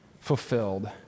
fulfilled